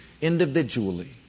individually